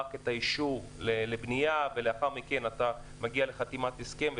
רק את האישור לבנייה ולאחר מכן אתה מגיע לחתימת הסכם,